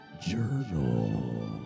journal